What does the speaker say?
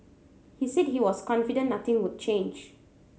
he said he was confident nothing would change